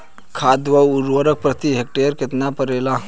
खाद व उर्वरक प्रति हेक्टेयर केतना परेला?